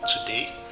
today